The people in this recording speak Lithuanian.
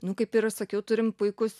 nu kaip ir sakiau turim puikus